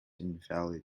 invalid